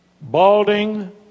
balding